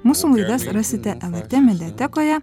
mūsų laidas rasite lrt mediatekoje